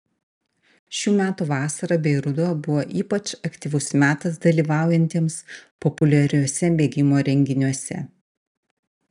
šių metų vasara bei ruduo buvo ypač aktyvus metas dalyvaujantiems populiariuose bėgimo renginiuose